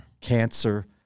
Cancer